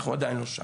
אנחנו עדיין לא שם.